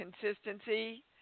Consistency